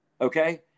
okay